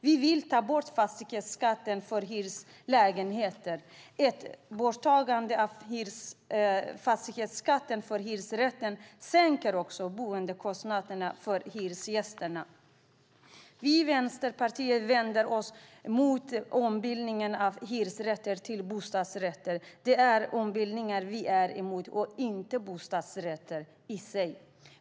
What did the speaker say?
Vi vill ta bort fastighetsskatten för hyreslägenheter. Ett borttagande av fastighetsskatten för hyresrätter sänker också boendekostnaderna för hyresgästerna. Vi i Vänsterpartiet vänder oss mot ombildningen av hyresrätter till bostadsrätter. Det är ombildningen vi är emot, inte bostadsrätter i sig.